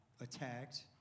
attacked